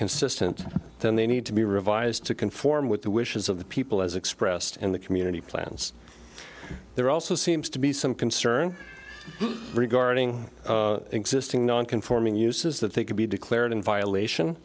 consistent then they need to be revised to conform with the wishes of the people as expressed in the community plans there also seems to be some concern regarding existing nonconforming uses that they could be declared in violation